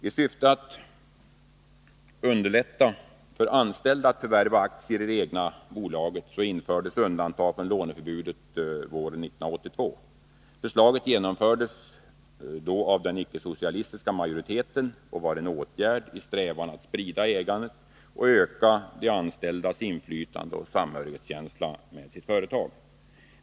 I syfte att underlätta för anställda att förvärva aktier i det egna bolaget infördes undantag från låneförbudet våren 1982. Förslaget genomfördes då av den icke-socialistiska majoriteten och var en åtgärd i strävandena att sprida ägandet och öka de anställdas inflytande i och samhörighet med sitt företag.